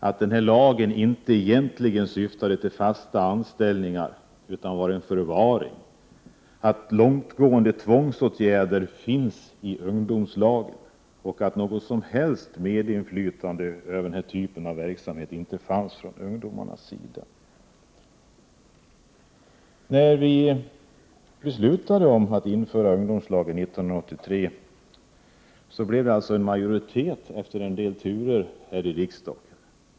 Det var fel att lagen egentligen inte syftade till fasta anställningar utan till förvaring. Och det var fel att lagen innehöll långtgående tvångsåtgärder och att det för ungdomarnas del inte fanns något som helst medinflytande över den här typer av verksamhet. När riksdagen beslutade att införa ungdomslagen 1983 blev det alltså efter en del turer en majoritet här i riksdagen för lagen.